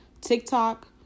TikTok